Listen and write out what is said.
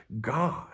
God